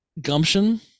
Gumption